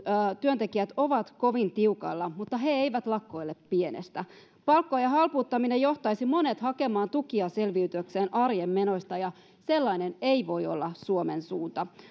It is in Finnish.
työntekijät ovat kovin tiukoilla mutta he eivät lakkoile pienestä palkkojen halpuuttaminen johtaisi monet hakemaan tukia selviytyäkseen arjen menoista ja sellainen ei voi olla suomen suunta